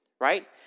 Right